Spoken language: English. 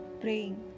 praying